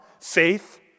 faith